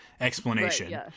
explanation